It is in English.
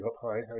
hi